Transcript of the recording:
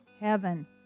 heaven